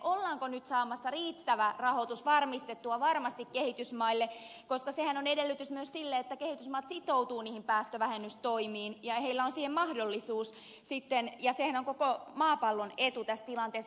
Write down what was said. ollaanko nyt varmasti saamassa riittävä rahoitus varmistettua kehitysmaille koska sehän on edellytys myös sille että kehitysmaat sitoutuvat niihin päästövähennystoimiin ja heillä on siihen mahdollisuus ja sehän on koko maapallon etu tässä tilanteessa